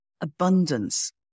abundance